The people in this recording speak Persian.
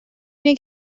اینه